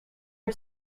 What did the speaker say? are